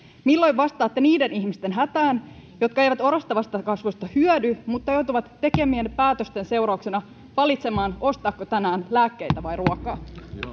milloin vastaatte niiden ihmisten hätään jotka eivät orastavasta kasvusta hyödy mutta joutuvat tekemienne päätösten seurauksena valitsemaan ostaako tänään lääkkeitä vai ruokaa